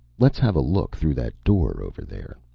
let's have a look through that door over there.